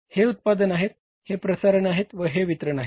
हे उत्पादन आहे हे प्रसारण व हे वितरण आहे